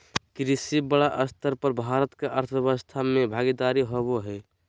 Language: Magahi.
कृषि बड़ स्तर पर भारत के अर्थव्यवस्था में भागीदारी होबो हइ